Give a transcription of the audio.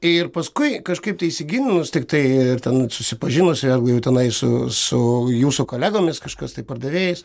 ir paskui kažkaip tai įsigilinus tiktai ir ten susipažinus arba jau tenai su su jūsų kolegomis kažkas tai pardavėjais